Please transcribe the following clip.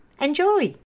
Enjoy